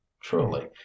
truly